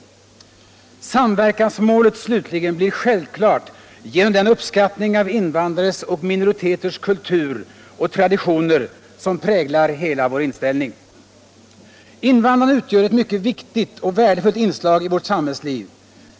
Samverkansmålet slutligen blir självklart genom den uppskattning av invandrares och minoriteters kultur och traditioner, som präglar hela vår inställning. Invandrarna utgör ett mycket viktigt och värdefullt inslag i vårt samhällsliv.